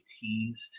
teased